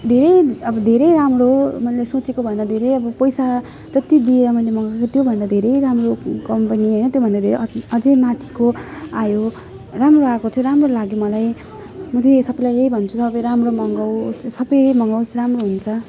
धेरै अब धेरै राम्रो मैले सोचेकोभन्दा धेरै अब पैसा जत्ति दिएर मैले मगाएको त्योभन्दा धेरै राम्रो कम्पनी होइन त्यो भन्दा धेरै अति अझै माथिको आयो राम्रो आएको थियो राम्रो लाग्यो मलाई म चाहिँ यही सबैलाई यही भन्छु सबै राम्रो मगाओस् सबै मगाओस् राम्रो हुन्छ